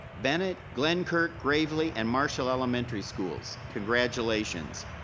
bennett, glen kirk, gravely, and marshall elementary schools. congratulations.